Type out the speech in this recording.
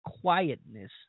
quietness